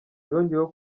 yongeyeho